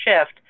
shift